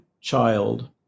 child